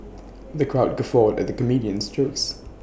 the crowd guffawed at the comedian's jokes